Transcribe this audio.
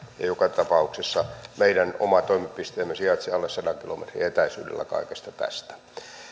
ja joka tapauksessa meidän oma toimipisteemme sijaitsee alle sadan kilometrin etäisyydellä kaikesta tästä